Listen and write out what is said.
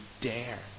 dare